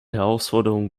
herausforderungen